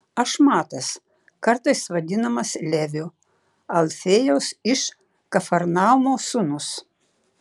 aš matas kartais vadinamas leviu alfiejaus iš kafarnaumo sūnus